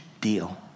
deal